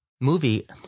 movie